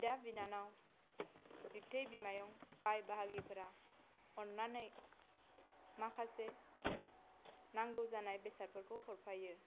बिदा बिनानाव बिबथै बिमायं बाई बाहागिफोरा अननानै माखासे नांगौ जानाय बेसादफोरखौ हरफायो